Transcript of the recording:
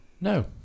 No